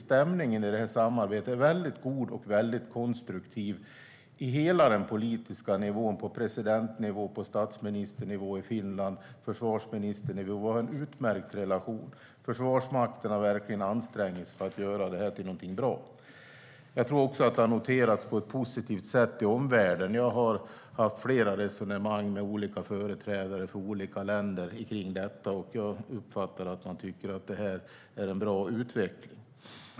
Stämningen i det här samarbetet är väldigt god och konstruktiv på alla politiska nivåer - på presidentnivå och statsministernivå och på försvarsministernivå, där vi har en utmärkt relation. Försvarsmakten har verkligen ansträngt sig för att göra det här till någonting bra. Jag tror att det också har noterats på ett positivt sätt i omvärlden. Jag har haft flera resonemang om detta med olika företrädare för olika länder, och jag uppfattar att de tycker att det här är en bra utveckling.